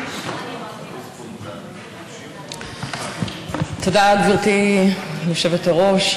10978. תודה, גברתי היושבת-ראש.